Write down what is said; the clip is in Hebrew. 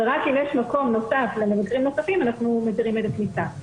ורק אם יש מקום נוסף למבקרים נוספים אנחנו מתירים את הכניסה.